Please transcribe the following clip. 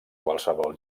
qualsevol